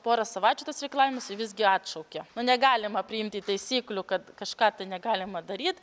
porą savaičių tas reikalavimas ir visgi atšaukė nu negalima priimti taisyklių kad kažką negalima daryt